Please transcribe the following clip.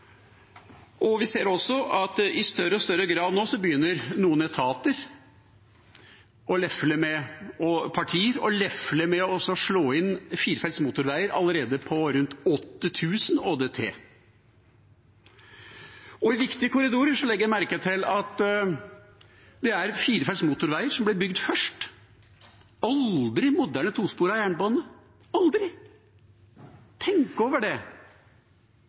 Vi ser også at i større og større grad nå begynner noen etater og partier å lefle med å gå inn for firefelts motorveier allerede der ÅDT, årsdøgntrafikken, er rundt 8 000. Og i viktige korridorer legger jeg merke til at det er firefelts motorveier som blir bygd først, aldri moderne tosporet jernbane – aldri! Tenk over det.